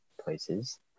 places